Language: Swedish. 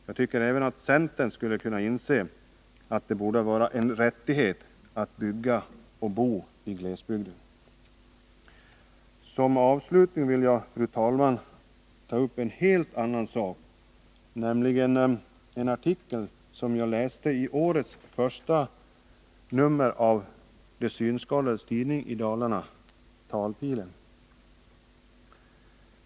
Jag tycker att även centern skulle kunna inse att det borde vara en rättighet att bygga och bo i glesbygden. Som avslutning vill jag, fru talman, ta upp en helt annan sak, nämligen en artikel som jag läste i årets första nummer av tidningen för synskadade i Dalarna, Talpilen.